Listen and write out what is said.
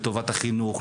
לטובת החינוך,